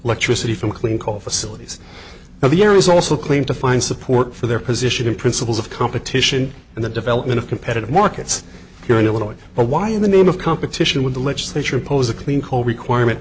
electricity from clean coal facilities now the air is also claimed to find support for their position in principles of competition and the development of competitive markets here in illinois but why in the name of competition with the legislature pose a clean coal requirement